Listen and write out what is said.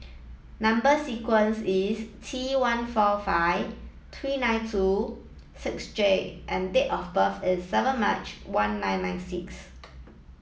number sequence is T one four five three nine two six J and date of birth is seven March one nine nine six